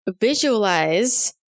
visualize